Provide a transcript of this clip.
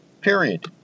Period